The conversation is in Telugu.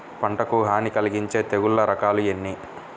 పంటకు హాని కలిగించే తెగుళ్ల రకాలు ఎన్ని?